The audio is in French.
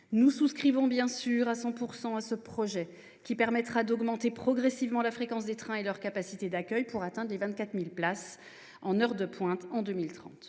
Nous souscrivons évidemment totalement à ce projet, qui permettra d’augmenter progressivement la fréquence des trains et leur capacité d’accueil, pour atteindre 24 000 places en heures de pointe en 2030.